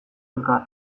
elkar